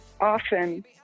often